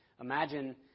Imagine